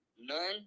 None